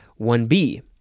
1b